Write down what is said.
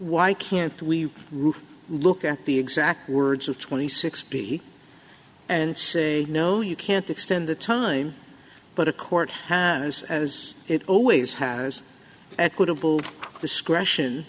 why can't we look at the exact words of twenty six b and say no you can't extend the time but a court has as it always has equitable discretion